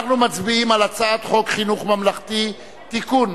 אנחנו מצביעים על הצעת חוק חינוך ממלכתי (תיקון,